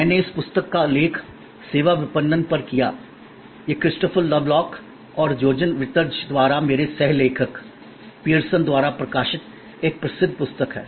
मैंने इस पुस्तक का उल्लेख सेवा विपणन पर किया यह क्रिस्टोफर लवलॉक और जोचेन विर्त्ज द्वारा मेरे सह लेखक पीयरसन द्वारा प्रकाशित एक प्रसिद्ध पुस्तक है